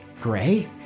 Gray